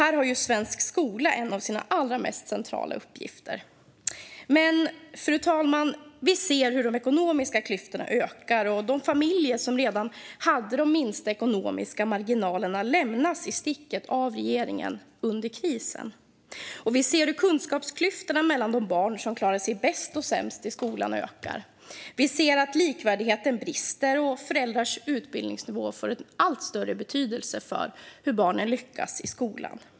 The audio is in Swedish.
Här har svensk skola en av sina mest centrala uppgifter. Fru talman! Vi ser dock hur de ekonomiska klyftorna ökar och hur de familjer som redan har de minsta ekonomiska marginalerna lämnas i sticket av regeringen under krisen. Vi ser hur kunskapsklyftorna mellan de barn som klarar sig bäst respektive sämst i skolan ökar. Vi ser att likvärdigheten brister och att föräldrars utbildningsnivå får en allt större betydelse för hur barnen lyckas i skolan.